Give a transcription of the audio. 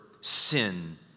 sin